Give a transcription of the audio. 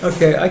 Okay